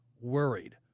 worried